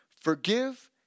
forgive